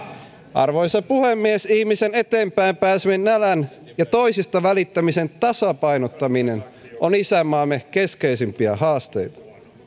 arvoisa puhemies ihmisen eteenpäin pääsemisen nälän ja toisista välittämisen tasapainottaminen on isänmaamme keskeisimpiä haasteita